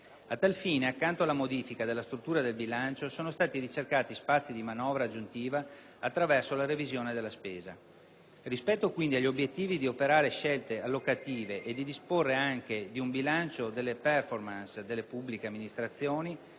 A tal fine, accanto alla modifica della struttura del bilancio, sono stati ricercati spazi di manovra aggiuntiva attraverso la «revisione della spesa». Rispetto, quindi, agli obiettivi di operare scelte allocative e di disporre anche di un bilancio delle *performance* delle pubbliche amministrazioni,